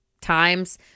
times